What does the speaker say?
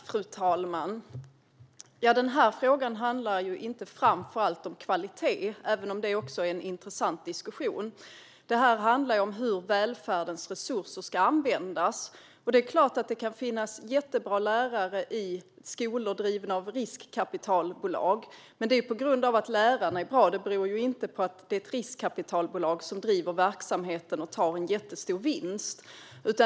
Fru talman! Den här frågan handlar inte framför allt om kvalitet, även om det också är en intressant diskussion, utan om hur välfärdens resurser ska användas. Det är klart att det kan finnas jättebra lärare i skolor som drivs av riskkapitalbolag, men det är ju tack vare att läraren är bra och inte för att det är ett riskkapitalbolag som driver verksamheten och tar ut en jättestor vinst.